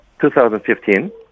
2015